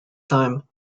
time